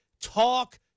talk